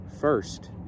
first